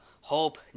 Hope